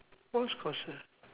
what's consi~